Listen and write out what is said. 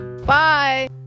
bye